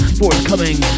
forthcoming